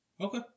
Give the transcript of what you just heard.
Okay